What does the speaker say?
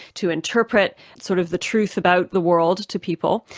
to interpret sort of the truth about the world to people,